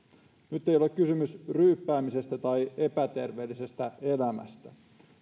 nyt ei ole kysymys ryyppäämisestä tai epäterveellisestä elämästä